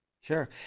Sure